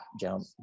jump